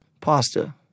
Pasta